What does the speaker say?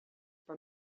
per